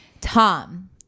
Tom